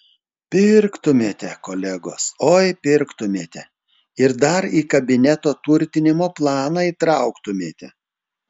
pirktumėte kolegos oi pirktumėte ir dar į kabineto turtinimo planą įtrauktumėte